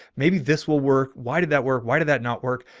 maybe this will work. why did that work? why did that not work?